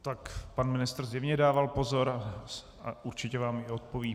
Tak pan ministr zjevně dával pozor a určitě vám i odpoví.